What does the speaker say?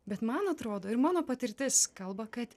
bet man atrodo ir mano patirtis kalba kad